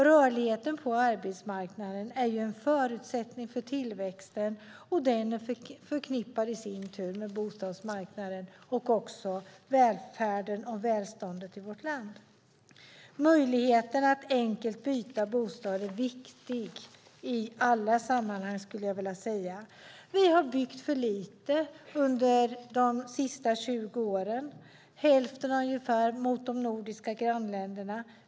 Rörligheten på arbetsmarknaden är en förutsättning för tillväxten, och den är i sin tur förknippad med bostadsmarknaden och välfärden och välståndet i vårt land. Möjligheten att enkelt byta bostad är viktig i alla sammanhang. Vi har byggt för lite under de senaste 20 åren, ungefär hälften mot de nordiska grannländerna.